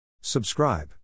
Subscribe